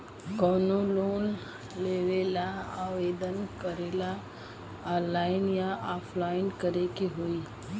कवनो लोन लेवेंला आवेदन करेला आनलाइन या ऑफलाइन करे के होई?